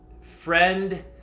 friend